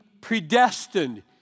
predestined